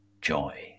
joy